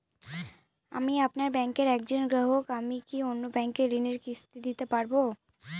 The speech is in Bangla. আমি আপনার ব্যাঙ্কের একজন গ্রাহক আমি কি অন্য ব্যাঙ্কে ঋণের কিস্তি দিতে পারবো?